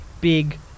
big